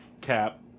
cap